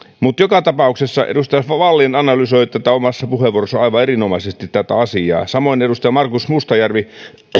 mutta joka tapauksessa edustaja wallin analysoi omassa puheenvuorossaan aivan erinomaisesti tätä asiaa samoin edustaja markus mustajärvi